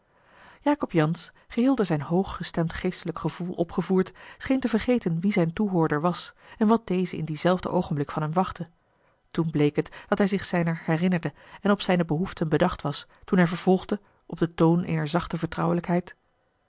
jacob jansz geheel door zijn hoog gestemd geestelijk gevoel opgevoerd scheen te vergeten wie zijn toehoorder was en wat deze in dienzelfden oogenblik van hem wachtte toch bleek het dat hjj zich zijner herinnerde en op zijne behoeften bedacht was toen hij vervolgde op den toon eener zachte